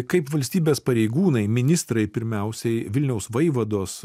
kaip valstybės pareigūnai ministrai pirmiausiai vilniaus vaivados